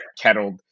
kettled